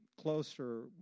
closer